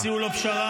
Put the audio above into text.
הציעו לו פשרה,